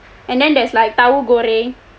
and then there's like taohu goreng